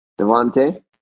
Devante